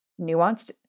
nuanced